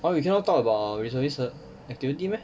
!huh! we cannot talk about reservist 的 activity meh